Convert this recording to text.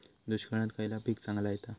दुष्काळात खयला पीक चांगला येता?